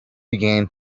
began